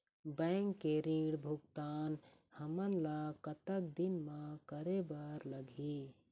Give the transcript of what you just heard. Bank के ऋण भुगतान हमन ला कतक दिन म करे बर लगही?